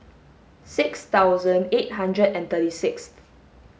six thousand eight hundred and thirty sixth